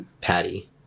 patty